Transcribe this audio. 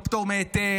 לא פטור מהיתר,